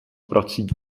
prací